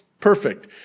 perfect